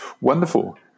Wonderful